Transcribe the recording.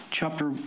chapter